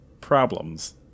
problems